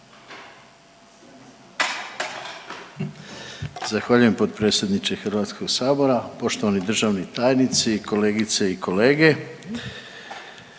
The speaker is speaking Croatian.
Zahvaljujem potpredsjedniče Hrvatskog sabora, poštovani državni tajnici, kolegice i kolege.